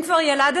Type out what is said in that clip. אם כבר ילדתם,